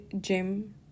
gym